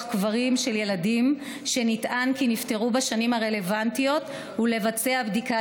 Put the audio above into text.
קברים של ילדים שנטען כי נפטרו בשנים הרלוונטיות ולבצע בדיקת